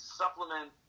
supplement